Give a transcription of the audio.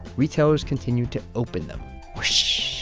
retailers continue to open them whoosh.